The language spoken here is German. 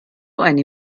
eine